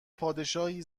پادشاهی